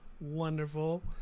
wonderful